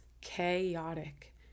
chaotic